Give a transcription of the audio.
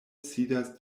sidas